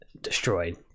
destroyed